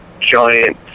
giant